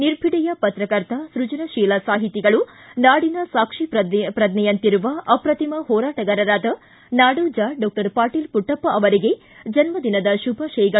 ನಿರ್ಭಿಡೆಯ ಪತ್ರಕರ್ತ ಸೃಜನಶೀಲ ಸಾಹಿತಿಗಳು ನಾಡಿನ ಸಾಕ್ಷಿಪ್ರಜ್ಞೆಯಂತಿರುವ ಅಪ್ರತಿಮ ಹೋರಾಟಗಾರರಾದ ನಾಡೋಜ ಪಾಟೀಲ ಪುಟ್ಟಪ್ಪ ಅವರಿಗೆ ಜನ್ಮದಿನದ ಶುಭಾಶಯಗಳು